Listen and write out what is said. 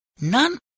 none